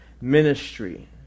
ministry